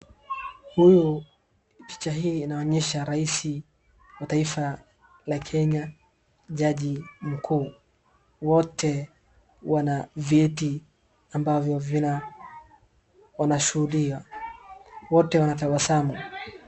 Picha hii inaonyesha raisi wa Taifa la Kenya jajii mkuu wote wana vyeti ambavyo vina shuhudia wote wanatabasamu.